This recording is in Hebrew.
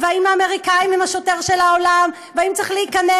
והאם האמריקנים הם השוטר של העולם והאם צריך להיכנס.